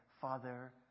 Father